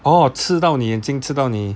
哦刺到你眼睛刺到你